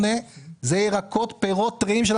2.78% מסל